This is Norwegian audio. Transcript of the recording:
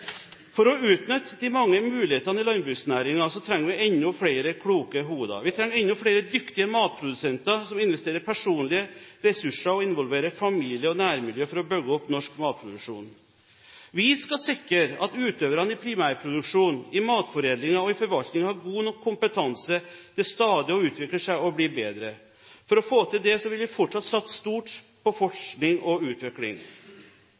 For å utnytte de mange mulighetene i landbruksnæringen trenger vi enda flere kloke hoder. Vi trenger enda flere dyktige matprodusenter som investerer personlige ressurser og involverer familie og nærmiljø for å bygge opp norsk matproduksjon. Vi skal sikre at utøverne i primærproduksjonen, i matforedlingen og i forvaltningen har god nok kompetanse til stadig å utvikle seg og bli bedre. For å få dette til vil vi fortatt satse stort på forskning og utvikling.